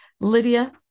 Lydia